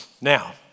Now